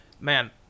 Man